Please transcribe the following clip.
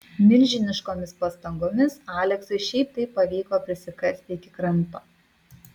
milžiniškomis pastangomis aleksui šiaip taip pavyko prisikasti iki kranto